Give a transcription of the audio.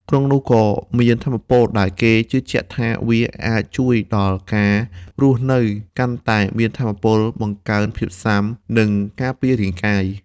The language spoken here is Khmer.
ក្នុងនោះក៏មានថាមពល ដែលគេជឿជាក់ថាវាអាចជួយដល់ការរស់នៅកាន់តែមានថាមពល បង្កើនភាពស៊ាំ និងការពាររាងកាយ។